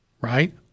Right